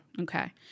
Okay